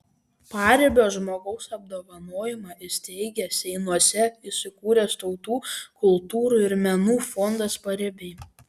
paribio žmogaus apdovanojimą įsteigė seinuose įsikūręs tautų kultūrų ir menų fondas paribiai